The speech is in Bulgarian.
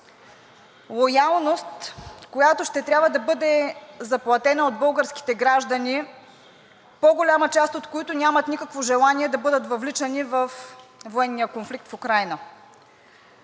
Лоялност, която ще трябва да бъде заплатена от българските граждани, по-голяма част от които нямат никакво желание да бъдат въвличани във военния конфликт в Украйна.